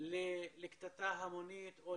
שהם באמת היו קורבנות שאין להם שום קשר לפשיעה ואפילו לא